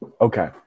okay